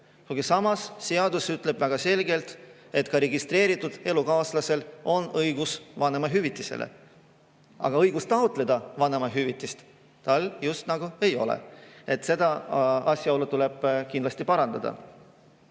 Samas seadus ütleb väga selgelt, et ka registreeritud elukaaslasel on õigus vanemahüvitisele, aga õigus taotleda vanemahüvitist tal just nagu ei ole. Seda tuleb kindlasti parandada.